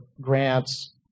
grants